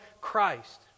Christ